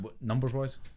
numbers-wise